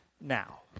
now